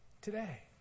today